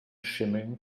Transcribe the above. shimmering